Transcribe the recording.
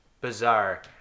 bizarre